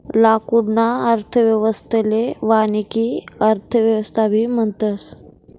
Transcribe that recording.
लाकूडना अर्थव्यवस्थाले वानिकी अर्थव्यवस्थाबी म्हणतस